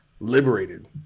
liberated